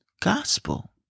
gospel